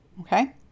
Okay